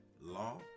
law